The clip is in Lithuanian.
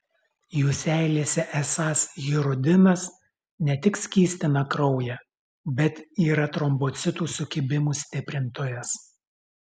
jų seilėse esąs hirudinas ne tik skystina kraują bet yra trombocitų sukibimų stiprintojas